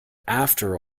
after